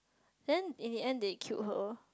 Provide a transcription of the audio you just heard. then in the end they killed her